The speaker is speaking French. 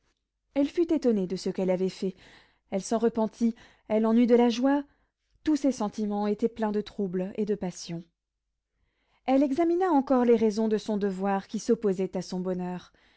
elle fut étonnée de ce qu'elle avait fait elle s'en repentit elle en eut de la joie tous ses sentiments étaient pleins de trouble et de passion elle examina encore les raisons de son devoir qui s'opposaient à son bonheur